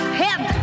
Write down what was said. head